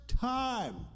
time